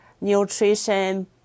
nutrition